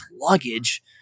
luggage